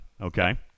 Okay